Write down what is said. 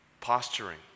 Posturing